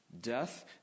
Death